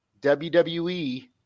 WWE